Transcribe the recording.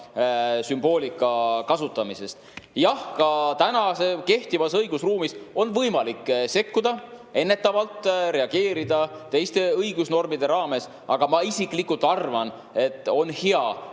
sümboolika kasutamisest. Jah, ka kehtivas õigusruumis on võimalik sekkuda ennetavalt, reageerida teiste õigusnormide raames, aga ma isiklikult arvan, et on hea,